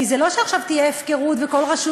כי זה לא שעכשיו תהיה הפקרות וכל רשות